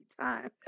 time